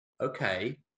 okay